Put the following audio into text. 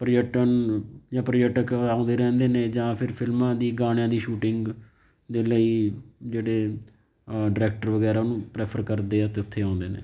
ਪ੍ਰਯਟਨ ਜਾਂ ਪ੍ਰਯਟਕ ਆਉਂਦੇ ਰਹਿੰਦੇ ਨੇ ਜਾਂ ਫਿਰ ਫ਼ਿਲਮਾਂ ਦੀ ਗਾਣਿਆਂ ਦੀ ਸ਼ੂਟਿੰਗ ਦੇ ਲਈ ਜਿਹੜੇ ਡਾਇਰੈਕਟਰ ਵਗੈਰਾ ਉਹਨੂੰ ਪ੍ਰੈਫਰ ਕਰਦੇ ਆ ਅਤੇ ਉੱਥੇ ਆਉਂਦੇ ਨੇ